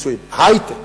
היי-טק.